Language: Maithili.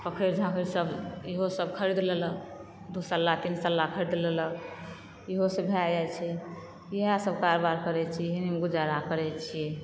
पोखरि झाँखैरि सब इहो सब खरीद लेलक दूसल्ला तीनसल्ला खरीद लेलक इहो सऽ भए जाइ छै इएह सब कारबार करै छियै एहिमे गुजारा करै छियै